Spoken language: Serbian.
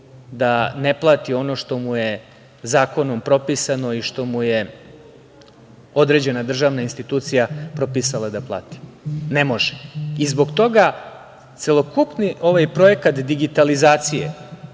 da ne plati ono što mu je zakonom propisano i što mu je određena državna institucija propisala da plati? Ne može. I zbog toga celokupni ovaj projekat digitalizacije,